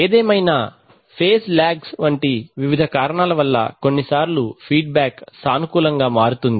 ఏదేమైనా phase lags వంటి వివిధ కారణాల వల్ల కొన్నిసార్లు ఫీడ్ బాక్ సానుకూలంగా మారుతుంది